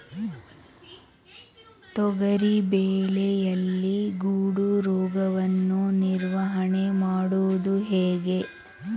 ತೊಗರಿ ಬೆಳೆಯಲ್ಲಿ ಗೊಡ್ಡು ರೋಗವನ್ನು ನಿವಾರಣೆ ಮಾಡುವುದು ಹೇಗೆ?